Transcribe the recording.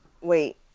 Wait